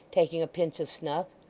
taking a pinch of snuff,